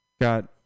Got